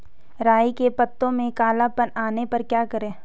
राई के पत्तों में काला पन आने पर क्या करें?